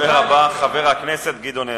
הדובר הבא, חבר הכנסת גדעון עזרא,